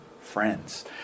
friends